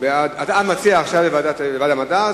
אתה מציע עכשיו לוועדת המדע.